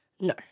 No